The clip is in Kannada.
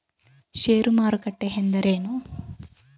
ಷೇರು ಮಾರುಕಟ್ಟೆ ಎಂದರೇನು?